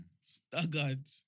staggered